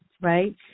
right